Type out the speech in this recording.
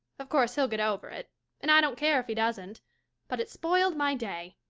of course he'll get over it and i don't care if he doesn't but it spoiled my day.